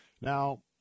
Now